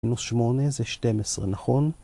‫מינוס 8 זה 12, נכון?